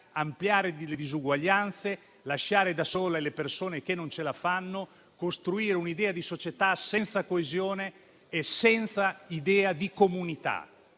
ampliare delle disuguaglianze, lasciare da sole le persone che non ce la fanno, costruire un'idea di società senza coesione e senza comunità.